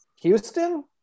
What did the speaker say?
Houston